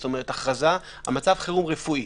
זאת אומרת, הכרזה על מצב חירום רפואי.